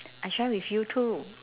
I share with you too